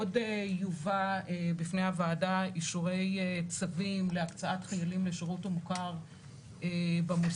עוד יובא בפני הוועדה אישורי צווים להקצאת חיילים לשירות המוכר במוסד,